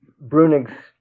Brunig's